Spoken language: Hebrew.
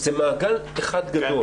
זה מעגל אחד גדול.